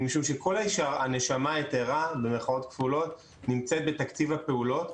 היא משום שכל "הנשמה היתרה" נמצאת בתקציב הפעולות,